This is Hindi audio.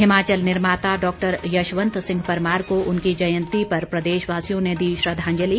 हिमाचल निर्माता डॉक्टर यशवंत सिंह परमार को उनकी जयंती पर प्रदेशवासियों ने दी श्रद्धांजलि